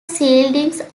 seedlings